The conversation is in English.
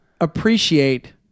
appreciate